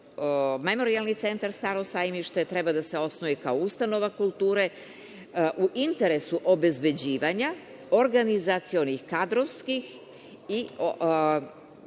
Memorijalni centar „Staro sajmište“ treba da se osnuje kao ustanova kulture u interesu obezbeđivanja organizacionih kadrovskih i materijalnih